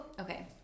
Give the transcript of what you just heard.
Okay